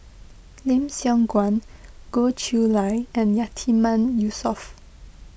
Lim Siong Guan Goh Chiew Lye and Yatiman Yusof